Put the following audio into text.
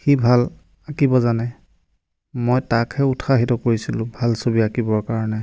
সি ভাল আঁকিব জানে মই তাকহে উৎসাহিত কৰিছিলোঁ ভাল ছবি আঁকিবৰ কাৰণে